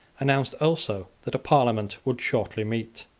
announced also that a parliament would shortly meet.